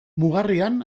mugarrian